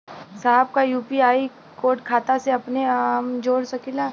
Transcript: साहब का UPI code खाता से अपने हम जोड़ सकेला?